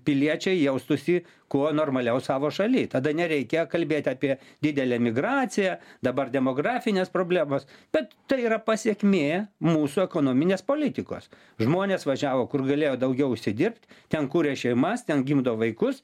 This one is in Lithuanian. piliečiai jaustųsi kuo normaliau savo šaly tada nereikia kalbėti apie didelę emigraciją dabar demografinės problemos bet tai yra pasekmė mūsų ekonominės politikos žmonės važiavo kur galėjo daugiau užsidirbt ten kuria šeimas ten gimdo vaikus